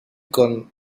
con